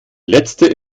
letzte